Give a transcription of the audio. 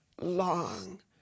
long